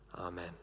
amen